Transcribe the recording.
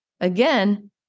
Again